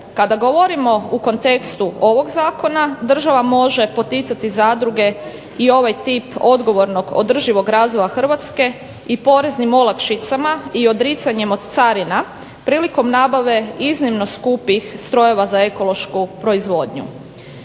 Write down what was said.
Kada govorimo u kontekstu ovog zakona, država može poticati zadruge i ovaj tip odgovornog održivog razvoja Hrvatske i poreznim olakšicama i odricanjem od carina prilikom nabave iznimno skupih strojeva za ekološku proizvodnju.